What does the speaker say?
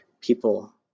people